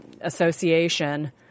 association